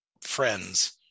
friends